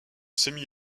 semi